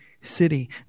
city